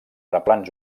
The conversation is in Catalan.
replans